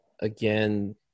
again